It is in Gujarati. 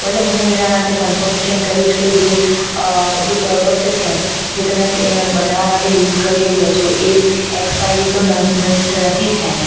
મતલબ હું એના માટે કનફોર્મેશન કરીશ કે જે જે પ્રોડક્ટ છે જે તમે એને બનાવવા માટે યુસ કરી રહ્યા છો એ એક્સપાયરી તો નથી છે ને